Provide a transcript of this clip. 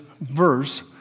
verse